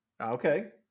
Okay